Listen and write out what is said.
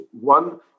One